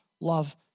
love